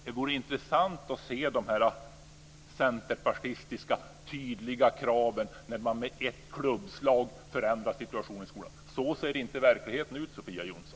Det vore intressant att få se de här tydliga centerpartistiska kraven, som gör att man med ett klubbslag kan förändra situationen i skolan, men så ser verkligheten inte ut, Sofia Jonsson.